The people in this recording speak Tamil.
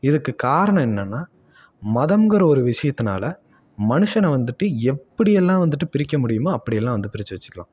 இதுக்கு காரணம் என்னென்னால் மதங்கிற ஒரு விஷயத்துனால மனுஷனை வந்துட்டு எப்படி எல்லாம் வந்துட்டு பிரிக்க முடியுமோ அப்படி எல்லாம் வந்து பிரித்து வெச்சுக்கிலாம்